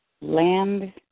land